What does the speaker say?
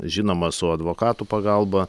žinoma su advokatų pagalba